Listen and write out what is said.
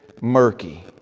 murky